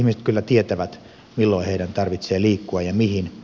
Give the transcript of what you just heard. ihmiset kyllä tietävät milloin heidän tarvitsee liikkua ja mihin